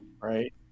right